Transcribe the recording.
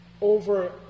over